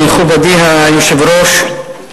מכובדי היושב-ראש,